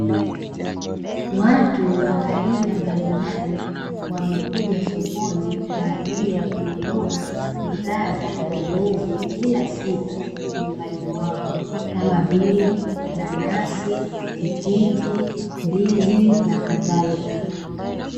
Watu wa aina mbalimbali, wamekuja sokoni kwa ajili ya kununua bidhaa za matumizi ya kila siku nyumbani mwao, kama vile; nanasi, tikiti, ndizi na kadhalika.